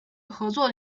合作